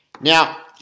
Now